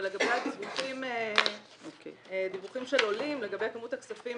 אבל לגבי הדיווחים של עולים לגבי כמות הכספים